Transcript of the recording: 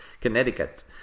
Connecticut